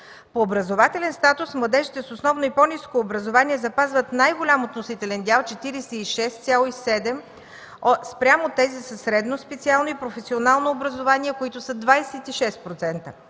По образователен статус младежите с основно и по-ниско образование запазват най-голям относителен дял – 46,7% спрямо тези със средно специално и професионално образование, които са 26%.